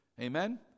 Amen